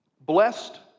Blessed